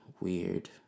weird